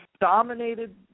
Dominated